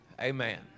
amen